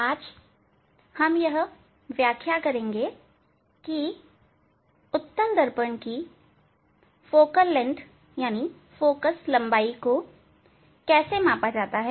आज हम यहां व्याख्या करेंगे की उत्तल दर्पण की फोकल लंबाई को कैसे मापते हैं